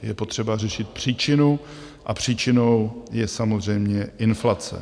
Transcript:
Je potřeba řešit příčinu a příčinou je samozřejmě inflace.